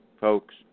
folks